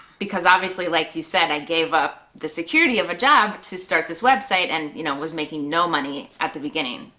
because obviously like you said, i gave up the security of a job to start this website and you know was making no money at the beginning.